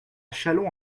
châlons